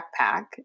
backpack